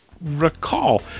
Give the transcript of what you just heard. recall